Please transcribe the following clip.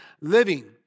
living